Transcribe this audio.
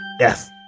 Yes